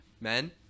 Men